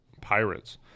Pirates